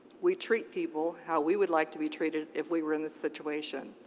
we treat people how we would like to be treated if we were in the situation.